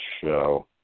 show